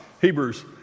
hebrews